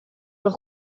los